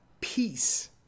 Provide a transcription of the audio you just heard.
peace